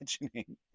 imagining